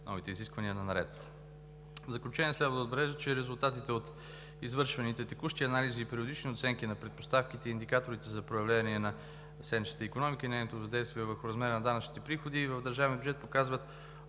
новите изисквания на Наредбата. В заключение, следва да отбележа, че резултатите от извършваните текущи анализи и периодични оценки на предпоставките и индикаторите за проявление на сенчестата икономика и нейното въздействие върху размера на данъчните приходи в държавния бюджет показват